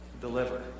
deliver